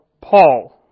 Paul